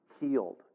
healed